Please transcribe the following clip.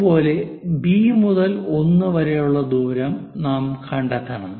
അതുപോലെ ബി മുതൽ 1 വരെയുള്ള ദൂരം നാം കണ്ടെത്തണം